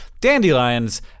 Dandelions